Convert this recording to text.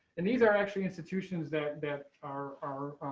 and these are actually institutions that that are are